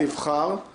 אם